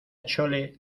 chole